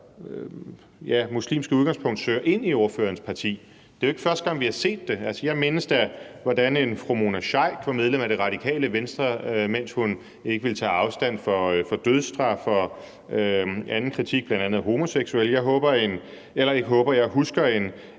muslimske udgangspunkt søger ind i ordførerens parti. Det er jo ikke første gang, vi har set det. Altså, jeg mindes da, hvordan en fru Mona Sheikh var medlem af Det Radikale Venstre , mens hun ikke ville tage afstand fra dødsstraf og anden kritik bl.a. af homoseksuelle; jeg husker en